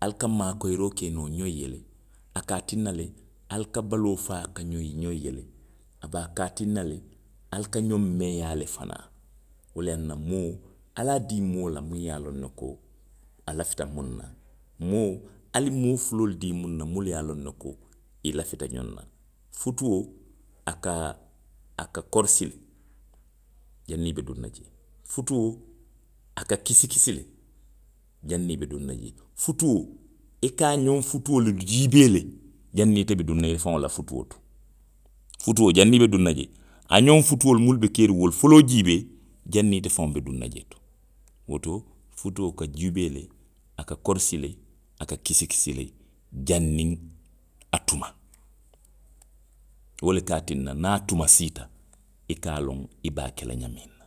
Ali ka maakoyiroo ke noo xoŋ le, a ka a tinna le lai ka baloo faa ka ňoŋ ňoŋ ye le. A be a, a ka tinna le. ali ka ňoŋ meeyaa le fanaŋ. Wo leyaŋ na moo. ali a dii moo la muŋ ye a loŋ ne ko a lafita muŋ na. Moo, ali moo fuloolu dii muŋ na, muunu ye a loŋ ne ko i lafita ňoŋ na. Futuo, a ka, a ka korosi le, janniŋ i be duŋ na jee. Futuo, a ka kisi kisi le, janniŋ i be duŋ na jee. Futuo, i ka a ňoŋ futuo le jiibee le janniŋ ite be duŋ na ifaŋo la futuo to. Futuo, janniŋ i be duŋ na jee, a ňoŋ futuolu munnu be keeriŋ. wolu foloo jiibee, janniŋ ite faŋo be duŋ na jee to. Woto, futuo ka juubee le, a ka korosi le. a ka kisi kisi le janniŋ a tuma. Wo le ka a tinna niŋ a tu ma siita. i ka a loŋ i be a ke la ňaamiŋ na,